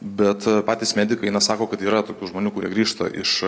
bet patys medikai na sako kad yra tokių žmonių kurie grįžta iš